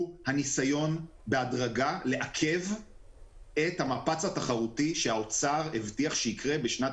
הניסיון בהדרגה לעכב את המפץ התחרותי שהאוצר הבטיח שיקרה בשנת